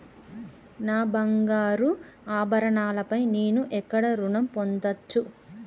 నా బంగారు ఆభరణాలపై నేను ఎక్కడ రుణం పొందచ్చు?